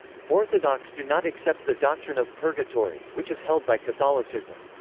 orthodox do not accept the doctrine of purgatory, which is held by catholicism.